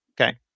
Okay